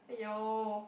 !aiyo!